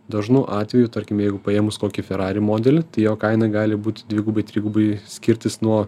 dažnu atveju tarkim jeigu paėmus kokį ferrari modelį jo kaina gali būti dvigubai trigubai skirtis nuo